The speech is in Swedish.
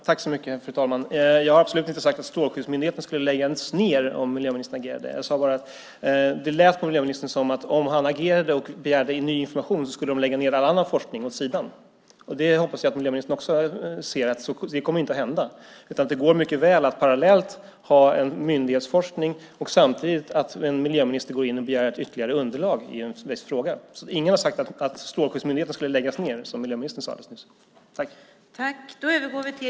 Fru talman! Jag har absolut inte sagt att Strålsäkerhetsmyndigheten skulle läggas ned om miljöministern agerade. Vad jag sade var att det lät på miljöministern som att om han agerade och begärde in ny information skulle myndigheten lägga all annan forskning åt sidan. Jag hoppas att miljöministern också inser att det inte kommer att hända. Det går mycket väl att parallellt ha en myndighetsforskning och en miljöminister som går in och begär ytterligare underlag i en viss fråga. Ingen har sagt att Strålsäkerhetsmyndigheten skulle läggas ned, som miljöministern sade alldeles nyss.